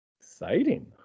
Exciting